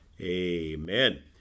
amen